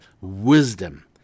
wisdom